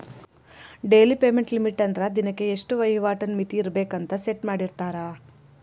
daily payment limit ಅಂದ್ರ ದಿನಕ್ಕೆ ಇಷ್ಟ ವಹಿವಾಟಿನ್ ಮಿತಿ ಇರ್ಬೆಕ್ ಅಂತ ಸೆಟ್ ಮಾಡಿರ್ತಾರ